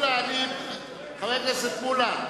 חבר הכנסת מולה,